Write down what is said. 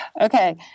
Okay